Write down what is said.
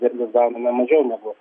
ir mes gauname mažiau negu